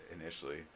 initially